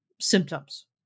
symptoms